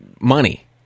money